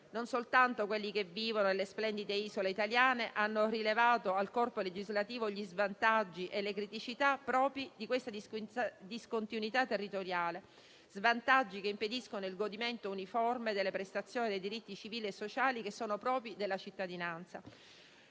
non soltanto quelli che vivono nelle splendide isole italiane - hanno rivelato al corpo legislativo gli svantaggi e le criticità propri di questa discontinuità territoriale, svantaggi che impediscono il godimento uniforme delle prestazioni dei diritti civili e sociali che sono propri della cittadinanza.